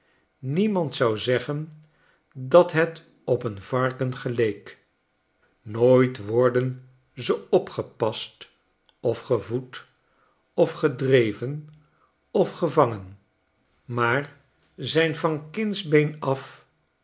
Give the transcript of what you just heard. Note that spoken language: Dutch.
niemand zou zeggen dat het op een varken geleek nooit worden ze opgepast of gevoed of gedreven of gevangen maar zijn van kindsbeen af